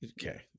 Okay